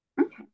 okay